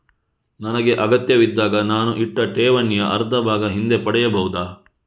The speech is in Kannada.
ನನಗೆ ಅಗತ್ಯವಿದ್ದಾಗ ನಾನು ಇಟ್ಟ ಠೇವಣಿಯ ಅರ್ಧಭಾಗ ಹಿಂದೆ ಪಡೆಯಬಹುದಾ?